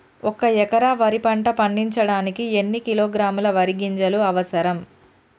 ఒక్క ఎకరా వరి పంట పండించడానికి ఎన్ని కిలోగ్రాముల వరి గింజలు అవసరం?